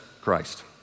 Christ